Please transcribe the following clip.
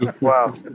Wow